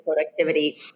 productivity